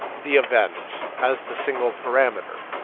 the event as the single parameter,